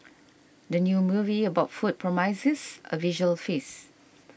the new movie about food promises a visual feast